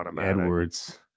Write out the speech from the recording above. Edwards